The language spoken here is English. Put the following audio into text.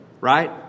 right